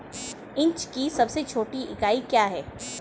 Inch की सबसे छोटी इकाई क्या है?